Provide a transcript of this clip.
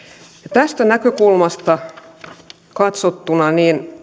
tästä näkökulmasta katsottuna